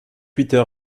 twitter